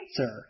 answer